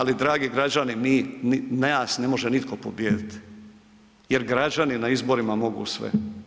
Ali dragi građani, mi, nas ne može nitko pobijediti jer građani na izborima mogu sve.